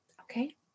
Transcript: Okay